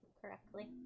correctly